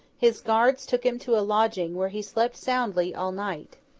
his guards took him to a lodging, where he slept soundly all night.